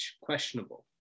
questionable